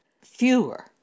fewer